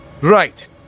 Right